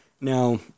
now